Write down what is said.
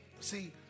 see